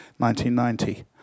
1990